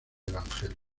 evangelio